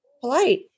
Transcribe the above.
polite